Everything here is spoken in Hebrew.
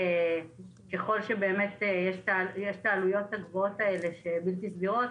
ככל שיש עלויות הגבוהות האלה שהן בלתי סבירות,